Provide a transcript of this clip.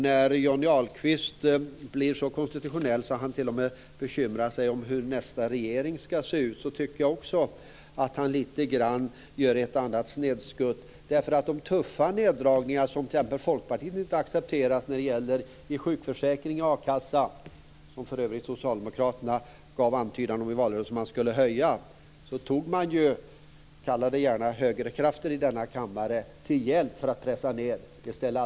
När Johnny Ahlqvist blir så konstitutionell att han t.o.m. bekymrar sig om hur nästa regering skall se ut, tycker jag också att han litet grand gör ett snedskutt. De tuffa neddragningarna när det gäller t.ex. sjukförsäkring har inte Folkpartiet accepterat. I valrörelsen antydde för övrigt Socialdemokraterna att man skulle höja a-kassan. Sedan tog man, kalla det gärna högerkrafterna, i denna kammare till hjälp för att pressa ned den.